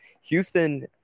Houston